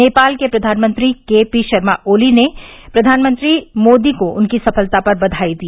नेपाल के प्रधानमंत्री के पी शर्मा ओली ने प्रधानमंत्री मोदी को उनकी सफलता पर बधाई दी